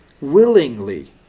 willingly